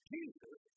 Jesus